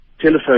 telephone